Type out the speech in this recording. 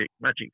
magic